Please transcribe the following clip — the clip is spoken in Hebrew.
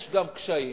יש גם קשיים,